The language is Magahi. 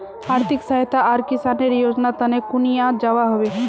आर्थिक सहायता आर किसानेर योजना तने कुनियाँ जबा होबे?